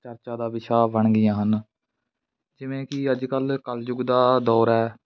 ਚਰਚਾ ਦਾ ਵਿਸ਼ਾ ਬਣ ਗਈਆਂ ਹਨ ਜਿਵੇਂ ਕਿ ਅੱਜ ਕੱਲ੍ਹ ਕਲਯੁੱਗ ਦਾ ਦੌਰ ਹੈ